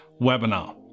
webinar